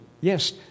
yes